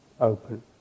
open